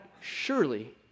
surely